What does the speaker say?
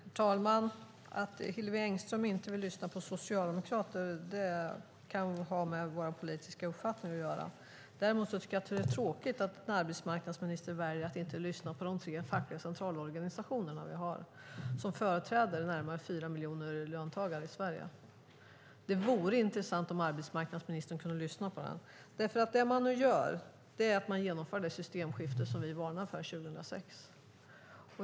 Herr talman! Att Hillevi Engström inte vill lyssna på socialdemokrater kan ha med vår politiska uppfattning att göra. Däremot tycker jag att det är tråkigt när arbetsmarknadsministern väljer att inte lyssna på de tre fackliga centralorganisationerna, som företräder närmare 4 miljoner löntagare i Sverige. Det vore intressant om arbetsmarknadsministern kunde lyssna på dem. Det man nu gör är att man genomför det systemskifte som vi varnade för 2006.